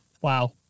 Wow